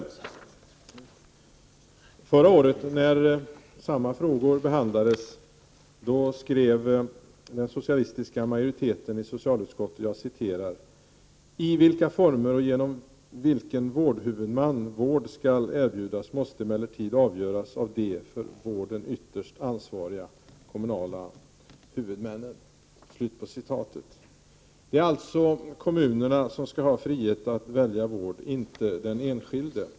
Förra året när samma frågor behandlades skrev den socialistiska majoriteten i socialutskottet: ”I vilka former och genom vilken vårdhuvudman vård skall erbjudas måste emellertid avgöras av de för vården ytterst ansvariga kommunala huvudmännen —--.” Det är alltså kommunerna som skall ha frihet att välja vård, inte den enskilde.